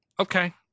Okay